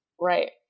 Right